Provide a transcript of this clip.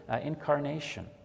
incarnation